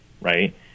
right